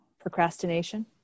Procrastination